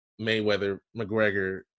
Mayweather-McGregor